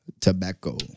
Tobacco